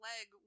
leg